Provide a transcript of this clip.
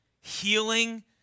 healing